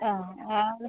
ആ ആൾ